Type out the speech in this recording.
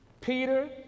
Peter